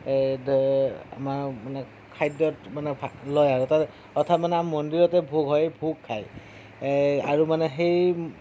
আমাৰ মানে খাদ্যত মানে লয় আৰু প্ৰথম মানে মন্দিৰতে ভোগ হয় ভোগ খাই আৰু মানে সেই